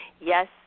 Yes